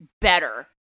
better